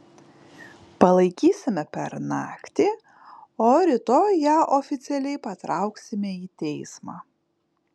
palaikysime per naktį o rytoj ją oficialiai patrauksime į teismą